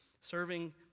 serving